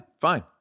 fine